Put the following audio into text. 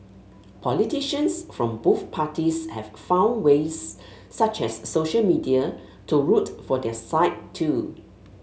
politicians from both parties have found ways such as social media to root for their side too